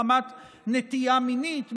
מחמת נטייה מינית,